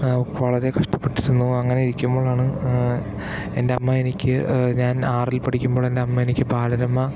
വളരെ കഷ്ടപ്പെട്ടിരുന്നു അങ്ങനെ ഇരിക്കുമ്പോഴാണ് എൻ്റെ അമ്മ എനിക്ക് ഞാൻ ആറിൽ പഠിക്കുമ്പോൾ എൻ്റെ അമ്മ എനിക്ക് ബാലരമ